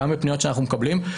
גם בפניות שאנחנו מקבלים,